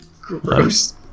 Gross